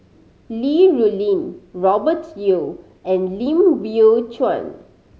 Li Rulin Robert Yeo and Lim Biow Chuan